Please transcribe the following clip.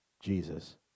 Jesus